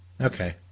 Okay